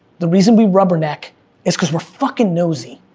the reason we rubberneck is cause we're fucking nosy.